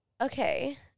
Okay